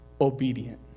obedient